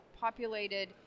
populated